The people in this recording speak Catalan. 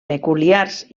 peculiars